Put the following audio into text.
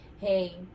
hey